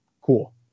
Cool